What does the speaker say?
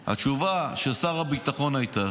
ועד כמה שאני זוכר, התשובה של שר הביטחון הייתה